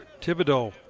Thibodeau